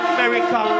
America